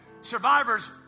Survivors